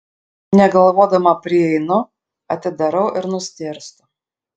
negalvodama prieinu atidarau ir nustėrstu